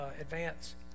advance